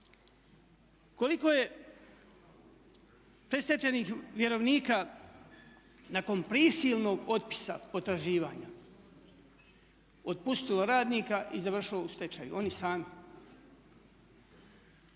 Koliko je predstečajnih vjerovnika nakon prisilnog otpisa potraživanja otpustilo radnika i završilo u stečaju, oni sami.